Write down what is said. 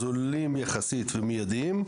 הזולים יחסית ומידיים,